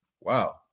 wow